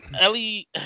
Ellie